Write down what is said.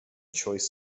choice